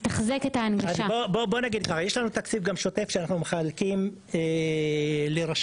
יש לנו גם תקציב שוטף שאנחנו מחלקים לרשויות